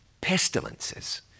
pestilences